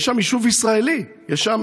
יש שם יישוב ישראלי צמוד.